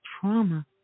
trauma